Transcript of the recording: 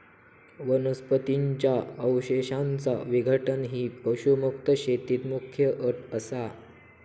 वनस्पतीं च्या अवशेषांचा विघटन ही पशुमुक्त शेतीत मुख्य अट असा